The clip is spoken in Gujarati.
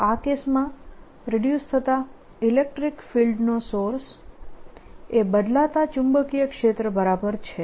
તો આ કેસમાં પ્રોડ્યુસ થતા ઇલેક્ટ્રીક ફિલ્ડનો સોર્સ એ બદલાતા ચુંબકીય ક્ષેત્ર બરાબર છે